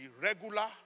regular